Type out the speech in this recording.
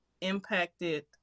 impacted